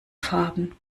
farben